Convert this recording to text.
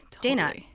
Dana